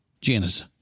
Janice